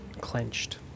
clenched